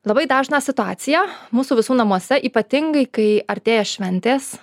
labai dažną situaciją mūsų visų namuose ypatingai kai artėja šventės